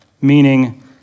meaning